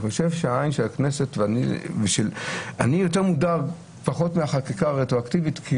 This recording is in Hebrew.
אני חושב שהעין של הכנסת אני יותר מודאג מהחקיקה הרטרואקטיבית כי